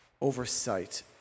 oversight